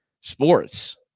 sports